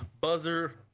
buzzer